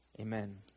Amen